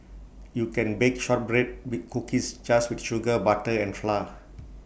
you can bake shortbread cookies just with sugar butter and flour